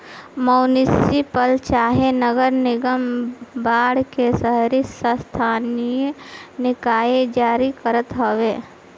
municipal चाहे नगर निगम बांड के शहरी स्थानीय निकाय जारी करत हवे